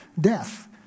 death